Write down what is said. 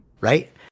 right